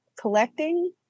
Collecting